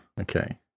okay